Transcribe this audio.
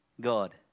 god